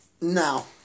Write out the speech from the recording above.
No